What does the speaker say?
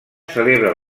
celebra